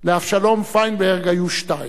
אצל אבשלום פיינברג היו שתיים: